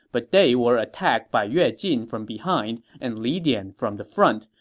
but they were attacked by yue jin from behind and li dian from the front,